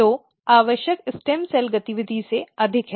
तो आवश्यक stem cell गतिविधि से अधिक है